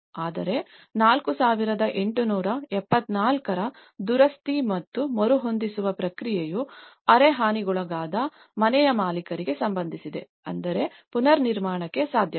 ಆದರೆ 4874 ರ ದುರಸ್ತಿ ಮತ್ತು ಮರುಹೊಂದಿಸುವ ಪ್ರಕ್ರಿಯೆಯು ಅರೆ ಹಾನಿಗೊಳಗಾದ ಮನೆಯ ಮಾಲೀಕರಿಗೆ ಸಂಬಂಧಿಸಿದೆ ಅಂದರೆ ಪುನರ್ನಿರ್ಮಾಣಕ್ಕೆ ಸಾಧ್ಯವಿದೆ